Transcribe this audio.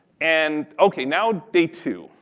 and okay, now day two,